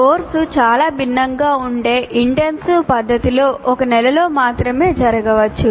course చాలా భిన్నంగా ఉండే ఇంటెన్సివ్ పద్ధతిలో ఒక నెలలో మాత్రమే జరగవచ్చు